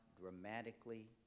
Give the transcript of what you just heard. dramatically